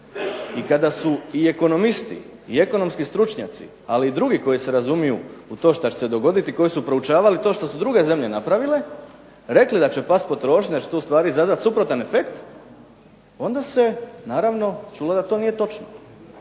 i kada su i ekonomisti i ekonomski stručnjaci, ali i drugi koji se razumiju u to što će se dogoditi, koji su proučavali to što su druge zemlje napravile rekli da će past potrošnja, da će to ustvari izazvat suprotan efekt, onda se naravno čulo da to nije točno.